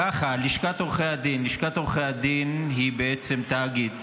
לשכת עורכי הדין היא בעצם תאגיד,